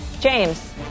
James